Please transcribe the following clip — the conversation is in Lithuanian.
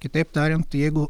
kitaip tariant jeigu